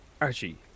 Archie